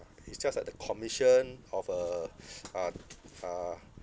it's just that the commission of a uh uh